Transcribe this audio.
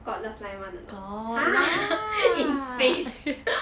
got love line [one] or not !huh! in space